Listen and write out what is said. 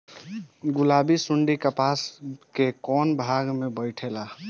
गुलाबी सुंडी कपास के कौने भाग में बैठे ला?